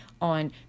on